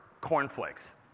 cornflakes